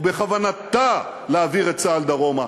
או שבכוונתה להעביר את צה"ל דרומה.